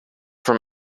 from